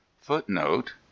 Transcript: footnote